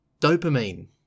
dopamine